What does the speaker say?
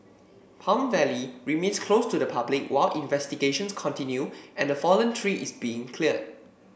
Palm Valley remains closed to the public while investigations continue and the fallen tree is being cleared